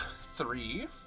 three